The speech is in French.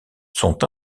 sont